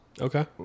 Okay